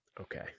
Okay